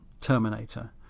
Terminator